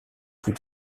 plus